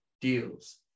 deals